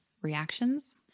reactions